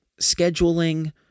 scheduling